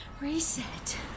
Reset